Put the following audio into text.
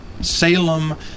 Salem